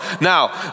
Now